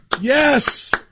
Yes